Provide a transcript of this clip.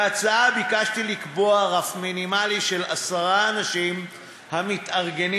בהצעה ביקשתי לקבוע רף מינימלי של עשרה אנשים המתארגנים,